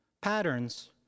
patterns